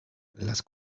las